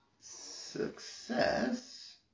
Success